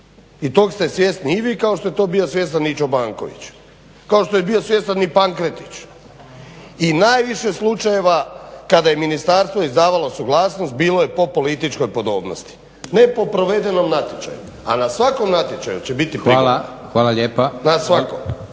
I tog ste svjesni i vi kao što je to bio svjestan i Čobanković, kao što je bio svjestan i Pankretić. I najviše slučajeva kada je ministarstvo izdavalo suglasnost bilo je po političkoj podobnosti, ne po provedenom natječaju. A na svakom natječaju će biti prigovora. **Leko,